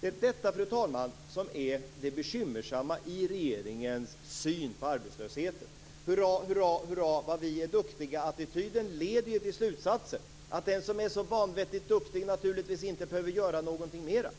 Det är detta, fru talman, som är det bekymmersamma i regeringens syn på arbetslösheten. Hurravad-vi-är-duktiga-attityden leder till slutsatsen att den som är så vanvettigt duktig naturligtvis inte behöver göra någonting mera.